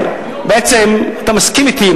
בעצם אתה מסכים אתי,